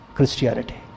Christianity